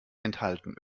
enthalten